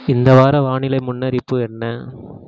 இந்த வார வானிலை முன்னறிவிப்பு என்ன